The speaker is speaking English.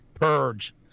Purge